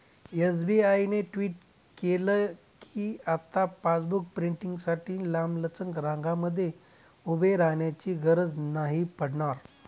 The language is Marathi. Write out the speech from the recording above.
एस.बी.आय ने ट्वीट केल कीआता पासबुक प्रिंटींगसाठी लांबलचक रंगांमध्ये उभे राहण्याची गरज नाही पडणार